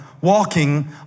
walking